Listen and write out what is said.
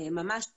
ממש ככה.